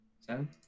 Seven